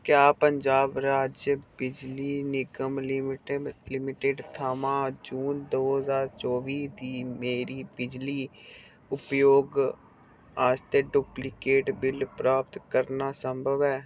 क्या पंजाब राज्य बिजली निगम लिमिटेड लिमिटेड थमां जून दो ज्हार चौबी दी मेरी बिजली उपयोग आस्तै डुप्लिकेट बिल प्राप्त करना संभव ऐ